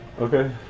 Okay